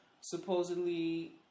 supposedly